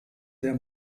der